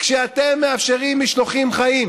כשאתם מאפשרים משלוחים חיים,